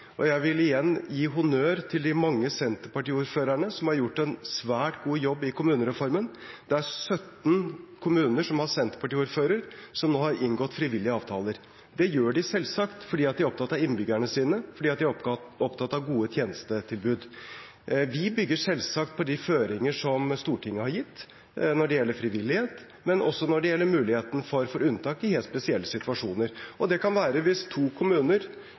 og jeg vil igjen gi honnør til de mange senterpartiordførerne som har gjort en svært god jobb i forbindelse med kommunereformen. Det er 17 kommuner med senterpartiordfører som nå har inngått frivillige avtaler. Det gjør de selvsagt fordi de er opptatt av innbyggerne sine, og fordi de er opptatt av gode tjenestetilbud. Vi bygger selvsagt på de føringer som Stortinget har gitt når det gjelder frivillighet, men også når det gjelder muligheten for unntak i helt spesielle situasjoner. Det kan være hvis to kommuner